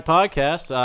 Podcast